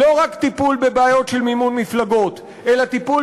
לא רק טיפול בבעיות של מימון מפלגות אלא טיפול